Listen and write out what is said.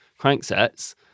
cranksets